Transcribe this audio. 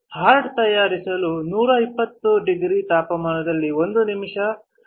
hard ತಯಾರಿಸಲು 120 degree ತಾಪಮಾನದಲ್ಲಿ 1 ನಿಮಿಷ ಒಳಪಡಿಸಬೇಕು